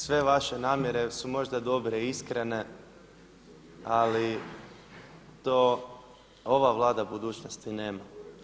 Sve vaše namjere su možda dobre i iskrene, ali to ova Vlada budućnosti nema.